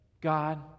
God